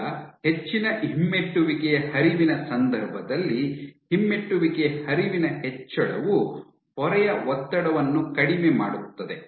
ಈಗ ಹೆಚ್ಚಿನ ಹಿಮ್ಮೆಟ್ಟುವಿಕೆಯ ಹರಿವಿನ ಸಂದರ್ಭದಲ್ಲಿ ಹಿಮ್ಮೆಟ್ಟುವಿಕೆಯ ಹರಿವಿನ ಹೆಚ್ಚಳವು ಪೊರೆಯ ಒತ್ತಡವನ್ನು ಕಡಿಮೆ ಮಾಡುತ್ತದೆ